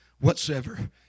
whatsoever